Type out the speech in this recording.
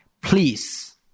please